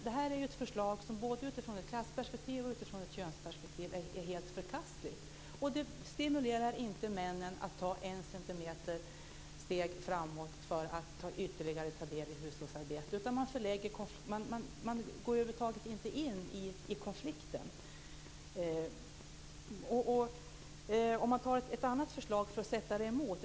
Detta är ett förslag som både utifrån ett klassperspektiv och utifrån ett könsperspektiv är helt förkastligt. Det stimulerar inte männen att ta ett steg framåt för att ytterligare ta del i hushållsarbetet, utan man går över huvud taget inte in i konflikten. Man kan sätta detta mot ett annat förslag.